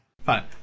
Fine